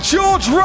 George